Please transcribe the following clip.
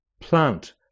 plant